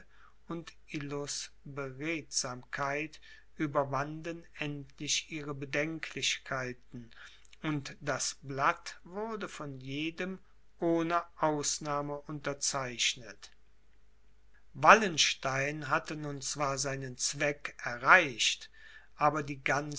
und illos beredsamkeit überwanden endlich ihre bedenklichkeiten und das blatt wurde von jedem ohne ausnahme unterzeichnet wallenstein hatte nun zwar seinen zweck erreicht aber die